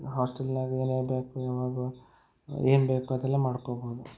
ಹಾಸ್ಟಲ್ನಾಗ ಏನೇನು ಬೇಕು ಯಾವಾಗ ಏನು ಬೇಕು ಅದೆಲ್ಲ ಮಾಡ್ಕೊಳ್ಬೋದು